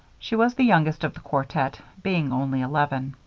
she was the youngest of the quartet, being only eleven.